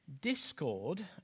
Discord